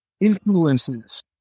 influences